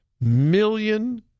million